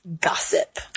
gossip